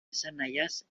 esanahiaz